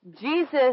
Jesus